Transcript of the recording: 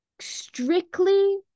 strictly